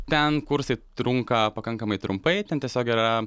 ten kursai trunka pakankamai trumpai ten tiesiog yra